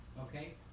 okay